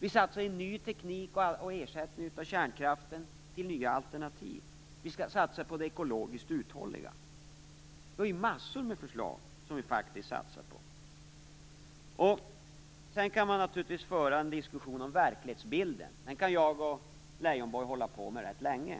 Vi satsar på ny teknik och ersättning av kärnkraften med nya alternativ. Vi skall satsa på det ekologiskt uthålliga. Vi har massor av förslag som vi satsar på. Man kan naturligtvis föra en diskussion om verklighetsbilden - det kan jag och Leijonborg hålla på med rätt länge.